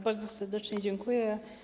Bardzo serdecznie dziękuję.